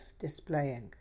displaying